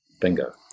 bingo